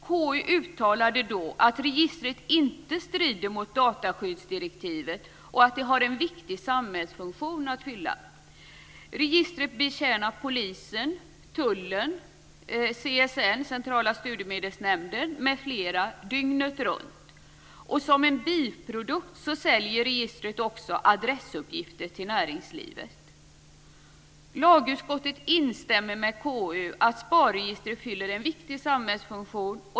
KU uttalade då att registret inte strider mot dataskyddsdirektivet och att det har en viktig samhällsfunktion att fylla. Registret betjänar polisen, tullen, CSN, Centrala studiemedelsnämnden, m.fl. dygnet runt. Som en biprodukt säljer registret adressuppgifter till näringslivet. Lagutskottet instämmer med KU att SPAR-registret fyller en viktig samhällsfunktion.